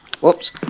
whoops